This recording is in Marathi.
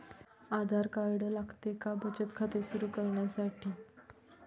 आधार कार्ड लागते का बचत खाते सुरू करण्यासाठी?